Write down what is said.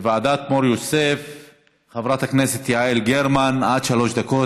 הנושא יעבור לוועדת העבודה, הרווחה והבריאות.